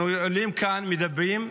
אנחנו עולים לכאן, מדברים,